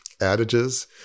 adages